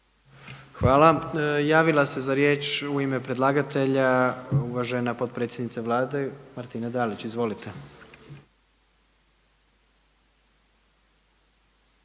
Hvala. Javila se za riječ u ime predlagatelja uvažena potpredsjednica Vlade Martina Dalić. Izvolite.